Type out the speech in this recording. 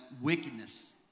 wickedness